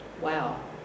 wow